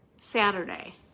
Saturday